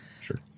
Sure